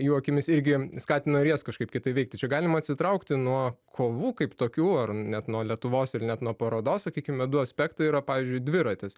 jų akimis irgi skatino ir jas kažkaip kitaip veikti čia galima atsitraukti nuo kovų kaip tokių ar net nuo lietuvos ir net nuo parodos sakykime du aspektai yra pavyzdžiui dviratis